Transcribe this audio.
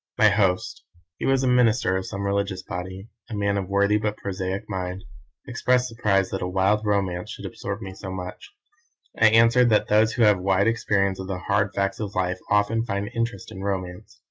my host he was a minister of some religious body, a man of worthy but prosaic mind expressed surprise that a wild romance should absorb me so much. i answered that those who have wide experience of the hard facts of life often find interest in romance.